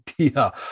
idea